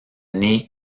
née